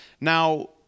Now